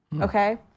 Okay